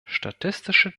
statistische